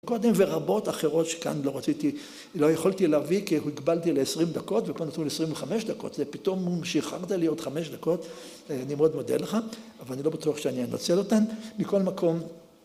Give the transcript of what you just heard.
קודם ורבות אחרות שכאן לא רציתי, לא יכולתי להביא כי הגבלתי ל-20 דקות וכאן נתנו ל-25 דקות, זה פתאום שחררת לי עוד 5 דקות, אני מאוד מודה לך, אבל אני לא בטוח שאני אנצל אותן, מכל מקום.